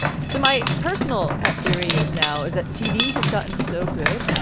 so my personal pet theory is now is that tv has gotten so good.